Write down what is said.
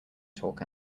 talk